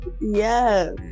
Yes